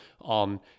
on